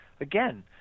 again